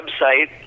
website